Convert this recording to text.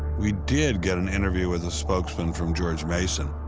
we did get an interview with a spokesman from george mason,